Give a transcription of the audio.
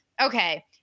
okay